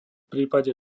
prípade